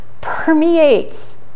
permeates